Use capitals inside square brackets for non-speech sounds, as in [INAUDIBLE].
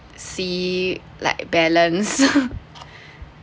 see like balance [LAUGHS]